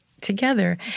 together